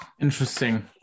Interesting